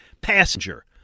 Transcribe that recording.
passenger